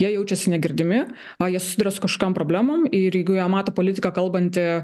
jie jaučiasi negirdimi ar jie susiduria su kažkokiom problemom ir jeigu jie mato politiką kalbantį